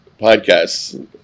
podcasts